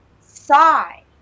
sigh